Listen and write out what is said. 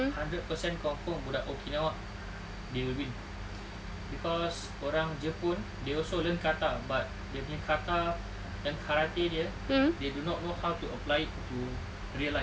hundred percent confirm budak okinawa they will win cause orang jepun they also learn kata but dia punya kata and karate dia they do not know how to apply it to real life